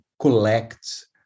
collect